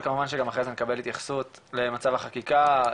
אבל כמובן שאחרי זה נקבל התייחסות למצב החקיקה,